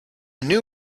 new